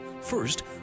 first